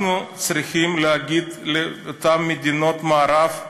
אנחנו צריכים להגיד לאותן מדינות מערב,